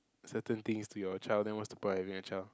certain things to your child then what's the point of having a child